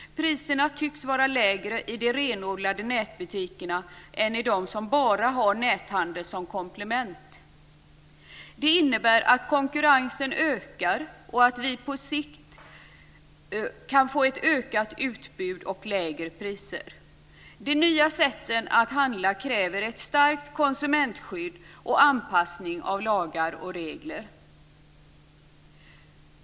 Priserna tycks vara lägre i de renodlade nätbutikerna än i de som bara har näthandel som komplement. Det innebär att konkurrensen ökar och att vi på sikt kan få ett ökat utbud och lägre priser. De nya sätten att handla kräver ett starkt konsumentskydd och anpassning av lagar och regler.